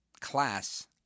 class